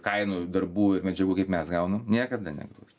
kainų darbų ir medžiagų kaip mes gaunam niekada negaus